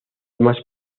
más